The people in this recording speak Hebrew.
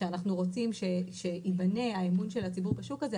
שאנחנו רוצים שייבנה האמון של הציבור בשוק הזה,